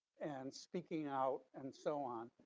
and speaking out, and so on.